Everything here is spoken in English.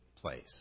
place